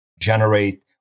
generate